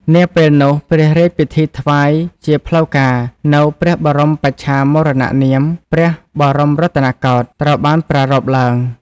នាពេលនោះ ព្រះរាជពិធីថ្វាយជាផ្លូវការនូវព្រះបរមបច្ឆាមរណនាម «ព្រះបរមរតនកោដ្ឋ» ត្រូវបានប្រារព្ធឡើង។